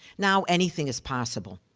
now, anything is possible.